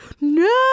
No